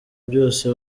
byose